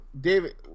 David